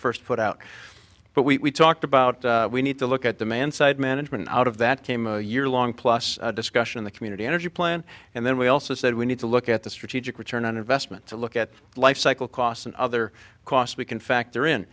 first put out but we talked about we need to look at demand side management out of that came a year long plus discussion in the community energy plan and then we also said we need to look at the strategic return on investment to look at lifecycle cost and other cost we can factor in